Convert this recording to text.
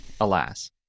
Alas